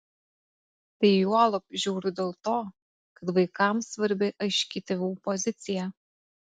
tai juolab žiauru dėl to kad vaikams svarbi aiški tėvų pozicija